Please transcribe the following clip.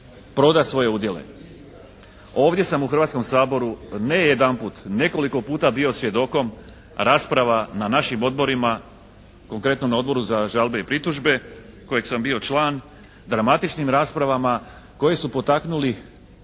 proda svoje udjele. Ovdje sam u Hrvatskom saboru ne jedanput, nekoliko puta bio svjedokom rasprava na našim odborima, konkretno na Odboru za žalbe i pritužbe kojeg sam bio član, kada matičnim raspravama koje su potaknuli